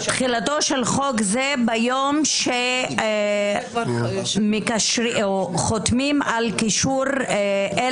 "תחילתו של חוק זה ביום שבו חותמים על קישור של